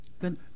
Good